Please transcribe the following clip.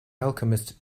alchemist